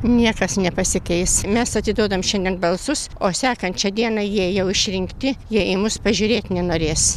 niekas nepasikeis mes atiduodame šiandien balsus o sekančią dieną jie jau išrinkti jie į mus pažiūrėt nenorės